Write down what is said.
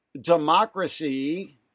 democracy